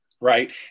right